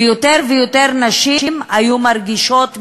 ויותר ויותר נשים היו מרגישות מאוימות.